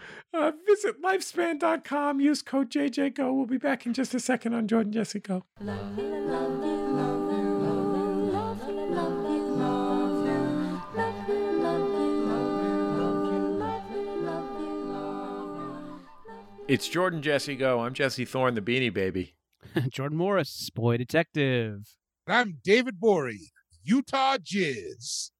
Uh, visit lifespan.com, use code JJGO. We'll be back in just a second on Jordan Jesse Go. It's Jordan Jesse Go. I'm Jesse Thorne, the Beanie Baby. Jordan Morris, boy detective. I'm David Bory, Utah Jizz.